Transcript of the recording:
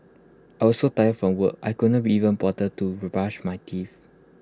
I was so tired from work I could not even bother to brush my teeth